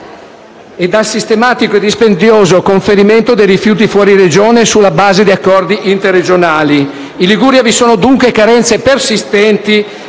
e dal sistematico e dispendioso conferimento dei rifiuti fuori Regione sulla base di accordi interregionali. In Liguria vi sono dunque carenze persistenti,